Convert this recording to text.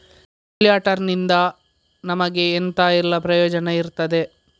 ಕೊಲ್ಯಟರ್ ನಿಂದ ನಮಗೆ ಎಂತ ಎಲ್ಲಾ ಪ್ರಯೋಜನ ಇರ್ತದೆ?